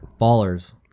ballers